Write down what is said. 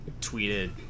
tweeted